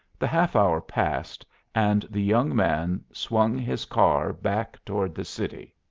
the half-hour passed and the young man swung his car back toward the city.